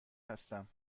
هستم